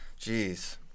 Jeez